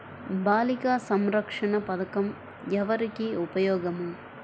బాలిక సంరక్షణ పథకం ఎవరికి ఉపయోగము?